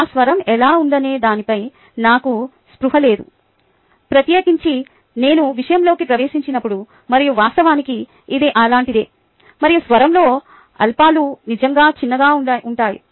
నా స్వరం ఎలా ఉందనే దానిపై నాకు స్పృహ లేదు ప్రత్యేకించి నేను విషయంలోకి ప్రవేశించినప్పుడు మరియు వాస్తవానికి ఇది అలాంటిదే మరియు స్వరంలో అల్పాలు నిజంగా చిన్నగా ఉంటాయి